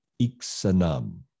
iksanam